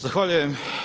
Zahvaljujem.